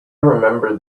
remembered